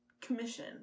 commission